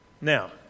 Now